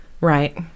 Right